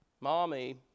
Mommy